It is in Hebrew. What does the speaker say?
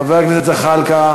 חבר הכנסת זחאלקה.